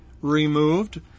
removed